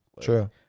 true